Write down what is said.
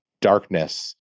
darkness